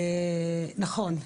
נכון,